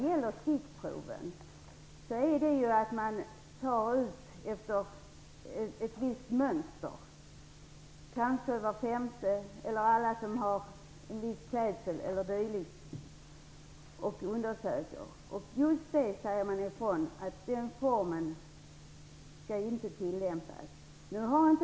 Stickproven grundas på tillämpning av ett visst mönster. Det kan vara var femte person, sådana som har viss klädsel e.d. som undersöks. Man säger ifrån att just den kontrollformen inte skall tillämpas.